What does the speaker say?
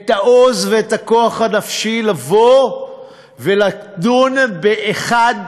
את העוז ואת הכוח הנפשי לבוא ולדון באחד